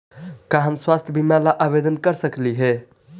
का हम स्वास्थ्य बीमा ला आवेदन कर सकली हे?